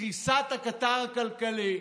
קריסת הקטר כללי,